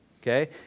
okay